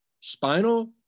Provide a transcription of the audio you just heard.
spinal